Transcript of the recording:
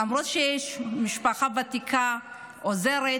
למרות שיש משפחה ותיקה שעוזרת,